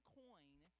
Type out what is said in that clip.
coin